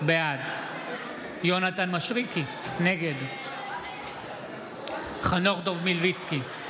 בעד יונתן מישרקי, נגד חנוך דב מלביצקי,